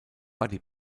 buddy